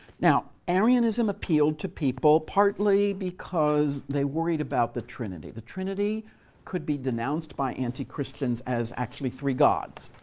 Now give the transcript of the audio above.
now, arianism appealed to people partly because they worried about the trinity. the trinity could be denounced by anti-christians as actually three gods.